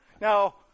Now